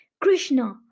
Krishna